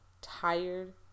tired